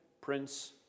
Prince